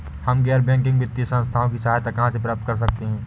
हम गैर बैंकिंग वित्तीय संस्थानों की सहायता कहाँ से प्राप्त कर सकते हैं?